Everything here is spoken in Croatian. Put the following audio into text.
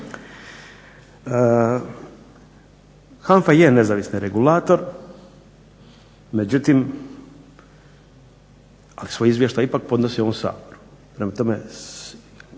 HANFA je nezavisni regulator, međutim ali svoj izvještaj ipak podnosi ovom Saboru. Prema tome